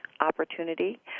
opportunity